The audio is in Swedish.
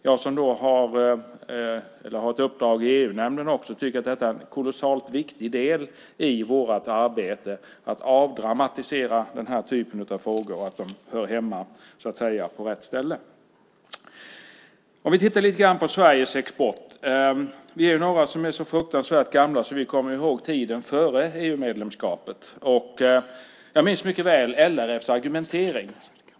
Jag som också har ett uppdrag i EU-nämnden tycker att det är en kolossalt viktig del i vårt arbete att avdramatisera den här typen av frågor, så att de hör hemma på rätt ställe. Vi kan titta lite grann på Sveriges export. Vi är några som är så fruktansvärt gamla att vi kommer ihåg tiden före EU-medlemskapet. Jag minns mycket väl LRF:s argumentering.